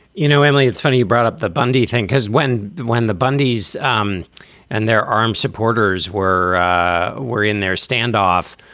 you know, emily, it's funny you brought up the bundy thing because when when the bundy's um and their armed supporters were were in their standoff,